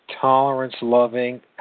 tolerance-loving